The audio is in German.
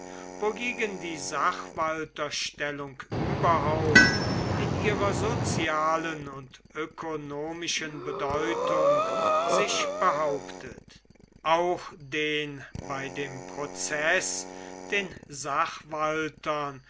wogegen die sachwalterstellung überhaupt in ihrer sozialen und ökonomischen bedeutung sich behauptet auch den bei dem prozeß den